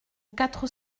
quatre